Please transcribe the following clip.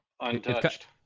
Untouched